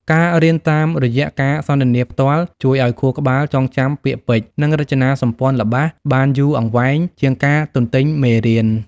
ការរៀនតាមរយៈការសន្ទនាផ្ទាល់ជួយឱ្យខួរក្បាលចងចាំពាក្យពេចន៍ និងរចនាសម្ព័ន្ធល្បះបានយូរអង្វែងជាងការទន្ទេញមេរៀន។